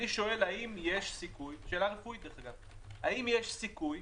אני שואל האם יש סיכוי